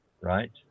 right